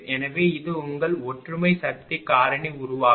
எனவே இது உங்கள் ஒற்றுமை சக்தி காரணி உருவாக்கும்